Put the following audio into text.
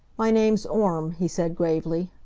my name's orme, he said, gravely.